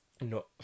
no